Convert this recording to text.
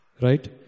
Right